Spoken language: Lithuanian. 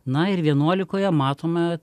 na ir vienuolikoje matome